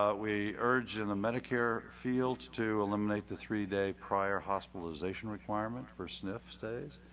ah we urged in the medicare fields to eliminate the three day prior hospitalization requirement for snp stays